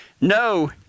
No